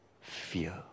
fear